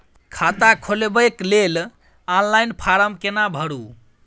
खाता खोलबेके लेल ऑनलाइन फारम केना भरु?